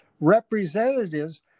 representatives